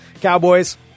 Cowboys